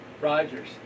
Rogers